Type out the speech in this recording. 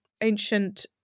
ancient